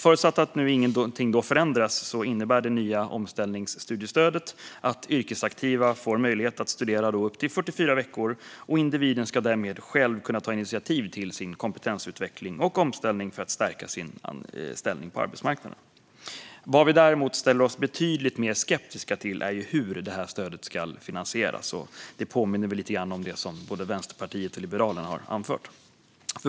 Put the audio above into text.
Förutsatt att ingenting förändras innebär det nya omställningsstudiestödet att yrkesaktiva får möjlighet att studera i upp till 44 veckor. Individen ska därmed själv kunna ta initiativ till sin kompetensutveckling och omställning för att stärka sin ställning på arbetsmarknaden. Vad vi däremot ställer oss betydligt mer skeptiska till är hur detta stöd ska finansieras. Det påminner lite grann om det som både Vänsterpartiet och Liberalerna har anfört.